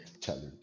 challenge